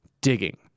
digging